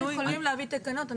אנחנו יכולים להביא תקנות.